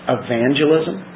evangelism